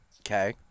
Okay